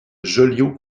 joliot